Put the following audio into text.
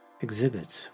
exhibits